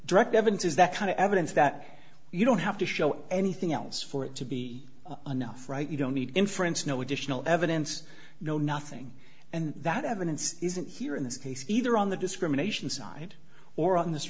direct evidence is that kind of evidence that you don't have to show anything else for it to be enough right you don't need inference no additional evidence no nothing and that evidence isn't here in this case either on the discrimination side or on this